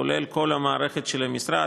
כולל כל המערכת של המשרד,